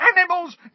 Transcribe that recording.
animals